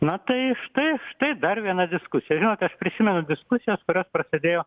na tai štai štai dar viena diskusija žinot aš prisimenu diskusijas kurios prasidėjo